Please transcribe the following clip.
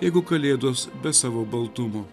jeigu kalėdos be savo baltumo